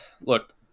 Look